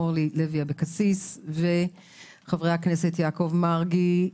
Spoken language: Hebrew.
אורלי לוי אבקסיס וחברי הכנסת יעקב מרגי,